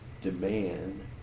demand